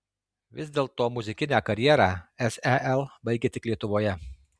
vis dėlto muzikinę karjerą sel baigia tik lietuvoje